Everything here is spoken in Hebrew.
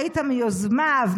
היית מיוזמיו,